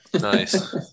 Nice